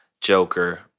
Joker